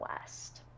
West